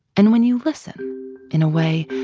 and when you listen in a way,